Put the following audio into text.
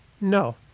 no